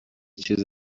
چیز